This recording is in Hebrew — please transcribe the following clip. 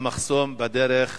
המחסום בדרך